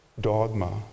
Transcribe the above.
dogma